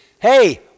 hey